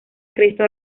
cristo